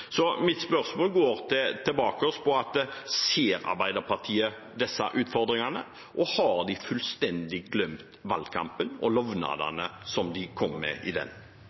Så mitt spørsmål går tilbake til dette: Ser Arbeiderpartiet disse utfordringene? Har de fullstendig glemt valgkampen og lovnadene som de kom med i den?